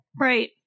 Right